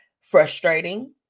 frustrating